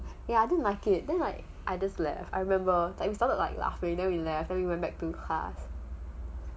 ya I didn't like it then like I just left I remember like we left then we went back to class